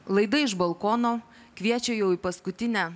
laida iš balkono kviečia jau į paskutinę